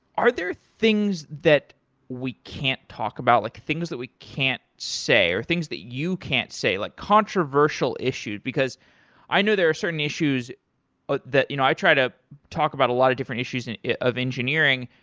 are there things that we can't talk about, like things that we can't say or things that you can't say, like controversial issues? because i know there are certain issues ah that you know i try to talk about a lot of different issues of engineering.